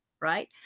right